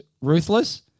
ruthless